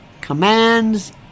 commands